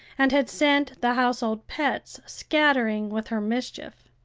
and had sent the household pets scattering with her mischief.